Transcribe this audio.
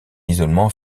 isolement